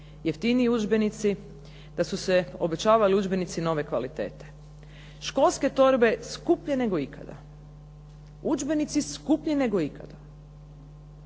jeftiniji udžbenici, da su se obećavali udžbenici nove kvalitete. Školske torbe skuplje nego ikada. Udžbenici skuplji više nego ikada.